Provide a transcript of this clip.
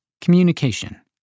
Communication